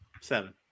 Seven